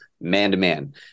man-to-man